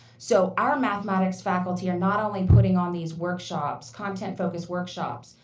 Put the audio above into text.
so our mathematics faulty are not only putting on these workshops, content-focused workshops,